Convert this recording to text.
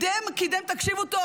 תקשיבו טוב.